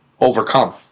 overcome